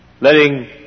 Letting